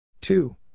two